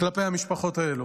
כלפי המשפחות האלו.